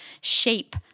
shape